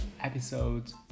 episode